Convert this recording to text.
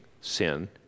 sin